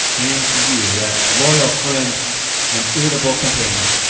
and to you rhett, loyal friend and irritable companion.